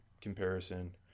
comparison